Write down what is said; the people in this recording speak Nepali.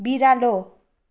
बिरालो